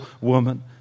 woman